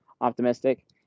optimistic